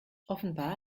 offenbar